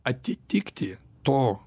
atitikti to